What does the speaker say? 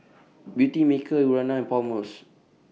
Beautymaker Urana and Palmer's